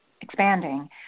expanding